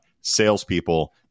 salespeople